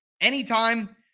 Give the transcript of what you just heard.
anytime